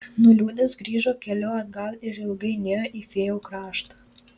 nuliūdęs grįžo keliu atgal ir ilgai nėjo į fėjų kraštą